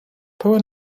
pełen